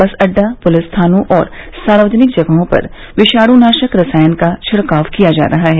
बस अड्डा पुलिस थानों और सार्वजनिक जगहों पर विषाणुनाशक रसायन का छिड़काव किया जा रहा है